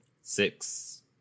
Six